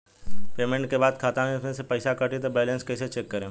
Payment के बाद खाता मे से पैसा कटी त बैलेंस कैसे चेक करेम?